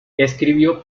escribió